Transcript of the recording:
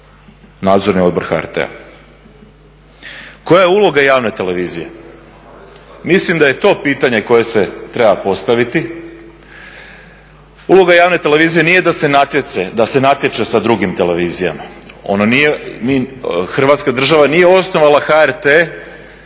Nadzorni odbor HRT-a. Koja je uloga javne televizije? Mislim da je to pitanje koje se treba postaviti. Uloga javne televizije nije da se natječe sa drugim televizijama. Hrvatska država nije osnovala HRT